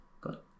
got